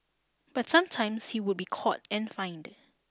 but sometimes he would be caught and fined